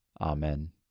Amen